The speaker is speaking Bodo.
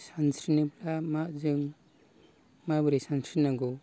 सानस्रिनोब्ला मा जों माबोरै सानस्रि नांगौ